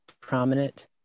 prominent